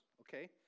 okay